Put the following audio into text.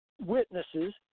witnesses